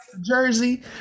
Jersey